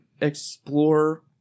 explore